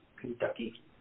Kentucky